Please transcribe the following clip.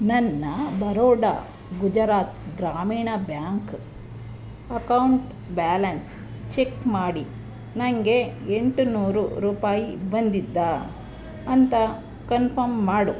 ನನ್ನ Baroda Gujarat Gramin bank account balance check ಮಾಡಿ ನನಗೆ ಎಂಟುನೂರು ರೂಪಾಯಿ ಬಂದಿದ್ಯಾ ಅಂತ ಕನ್ಫರ್ಮ್ ಮಾಡು